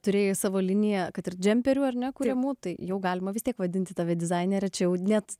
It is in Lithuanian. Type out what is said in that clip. turėjai savo liniją kad ir džemperių ar ne kuriamų tai jau galima vis tiek vadinti tave dizaine ir čia jau net